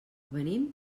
venim